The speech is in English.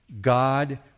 God